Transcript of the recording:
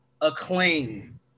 acclaim